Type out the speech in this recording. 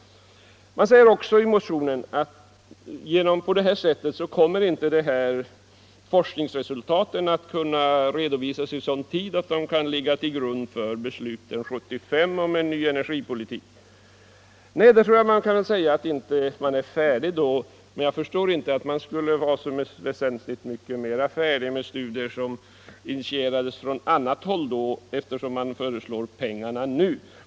Man säger också i motionen att på det här sättet kommer inte forskningsresultaten att kunna redovisas i sådan tid att de kan ligga till grund för besluten 1975 om en ny energipolitik. Det är möjligt att man inte är färdig då, men jag förstår inte att man vid den tidpunkten skulle kunna vara väsentligt mycket mera färdig med studier som initieras från annat håll, eftersom man föreslår pengarna nu.